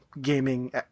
gaming